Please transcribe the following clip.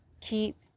keep